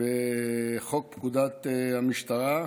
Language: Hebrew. בחוק פקודת המשטרה.